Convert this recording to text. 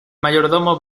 mayordomo